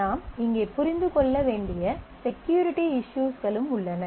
நாம் இங்கே புரிந்து கொள்ள வேண்டிய செக்யூரிட்டி இஸ்யூஸ்களும் உள்ளன